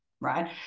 right